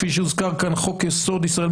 כפי שהוזכר כאן חוק-יסוד: ישראל,